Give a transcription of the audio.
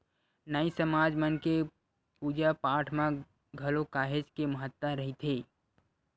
नाई समाज मन के पूजा पाठ म घलो काहेच के महत्ता रहिथे